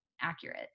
accurate